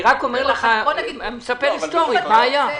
אני רק מספר לך היסטורית מה היה.